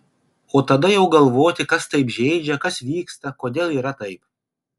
o tada jau galvoti kas taip žeidžia kas vyksta kodėl yra taip